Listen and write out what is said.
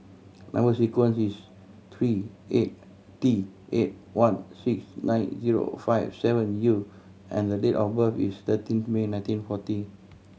number sequence is three eight T eight one six nine zero five seven U and date of birth is thirteen May nineteen forty